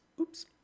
oops